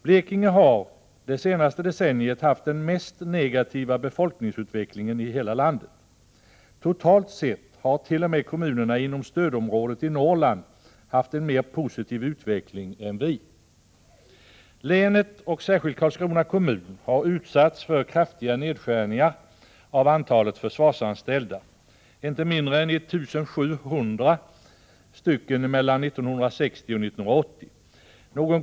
Blekinge har det senaste decenniet haft den mest negativa befolkningsutvecklingen i hela landet. Totalt sett hart.o.m. kommunerna inom stödområdet i Norrland haft en mer positiv utveckling än Blekinge. Länet, och särskilt Karlskrona kommun, har utsatts för kraftiga nedskärningar av antalet försvarsanställda; inte mindre än 1 700 har försvunnit mellan 1960 och 1980.